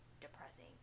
depressing